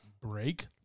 break